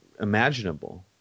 imaginable